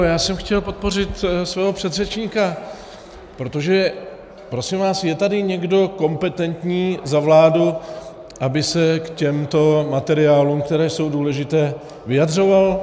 Já jsem chtěl podpořit svého předřečníka, protože prosím vás, je tady někdo kompetentní za vládu, aby se k těmto materiálům, které jsou důležité, vyjadřoval?